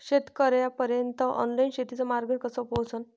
शेतकर्याइपर्यंत ऑनलाईन शेतीचं मार्गदर्शन कस पोहोचन?